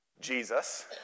Jesus